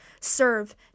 serve